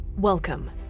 Welcome